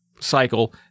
cycle